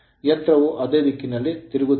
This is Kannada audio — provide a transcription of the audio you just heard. ಆದ್ದರಿಂದ ಯಂತ್ರವು ಅದೇ ದಿಕ್ಕಿನಲ್ಲಿ ತಿರುಗುತ್ತದೆ